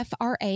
FRA